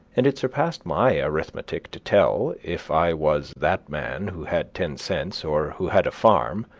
and it surpassed my arithmetic to tell, if i was that man who had ten cents, or who had a farm,